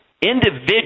Individual